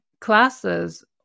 classes